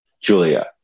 Julia